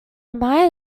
admired